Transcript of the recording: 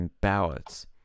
ballots